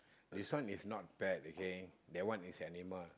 this one is not pet okay that one is animal